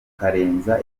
ukarenza